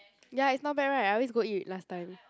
ya it's not bad [right] I always go eat last time